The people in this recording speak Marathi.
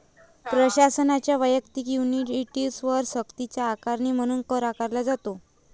प्रशासनाच्या वैयक्तिक युनिट्सवर सक्तीची आकारणी म्हणून कर आकारला जातो